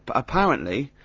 apparently,